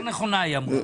יותר נכונה, היא אמרה.